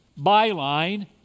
byline